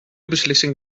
beslissing